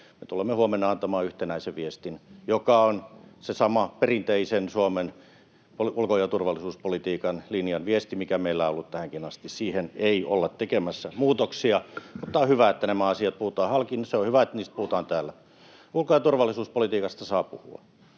tulemme huomenna antamaan yhtenäisen viestin, joka on se sama perinteisen Suomen ulko- ja turvallisuuspolitiikan linjan viesti, mikä meillä on ollut tähänkin asti. Siihen ei olla tekemässä muutoksia, mutta on hyvä, että nämä asiat puhutaan halki, ja on hyvä, että niistä puhutaan täällä. Ulko- ja turvallisuuspolitiikasta saa puhua,